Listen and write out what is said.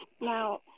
Now